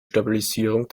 stabilisierung